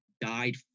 died